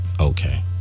okay